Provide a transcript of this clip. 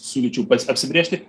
siūlyčiau apsibrėžti